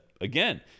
again